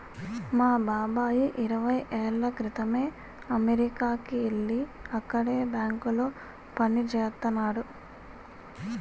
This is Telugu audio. మా బాబాయి ఇరవై ఏళ్ళ క్రితమే అమెరికాకి యెల్లి అక్కడే బ్యాంకులో పనిజేత్తన్నాడు